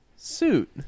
suit